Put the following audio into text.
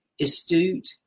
astute